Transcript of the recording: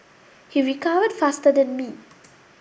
he recovered faster than me